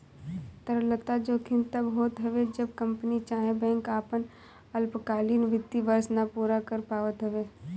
तरलता जोखिम तब होत हवे जब कंपनी चाहे बैंक आपन अल्पकालीन वित्तीय वर्ष ना पूरा कर पावत हवे